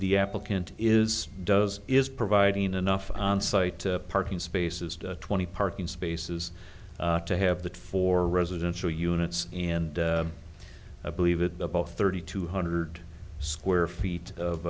the applicant is does is providing enough on site to parking spaces twenty parking spaces to have that for residential units and i believe it about thirty two hundred square feet of